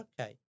Okay